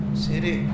city